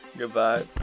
Goodbye